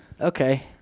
Okay